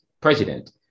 president